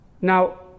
Now